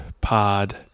Pod